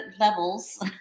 levels